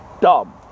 dumb